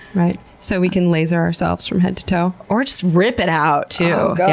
right. so we can laser ourselves from head to toe. or just rip it out too, yeah.